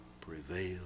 prevail